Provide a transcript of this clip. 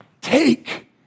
Take